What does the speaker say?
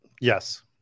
yes